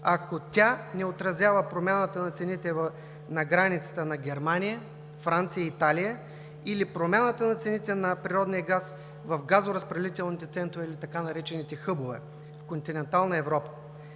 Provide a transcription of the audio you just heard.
ако тя не отразява промяната на цените на границата на Германия, Франция и Италия или промяната на цените на природния газ в газоразпределителните центрове, или така наречените „хъбове“ в континентална Европа,